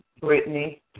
Brittany